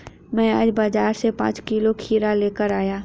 मैं आज बाजार से पांच किलो खीरा लेकर आया